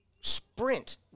sprint